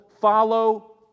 follow